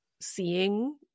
seeing